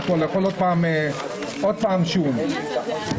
אין שום שינוי,